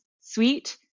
sweet